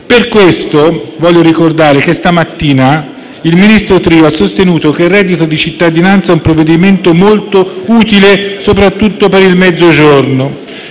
Per questo voglio ricordare che stamattina il ministro Tria ha sostenuto che il reddito di cittadinanza è un provvedimento molto utile soprattutto per il Mezzogiorno.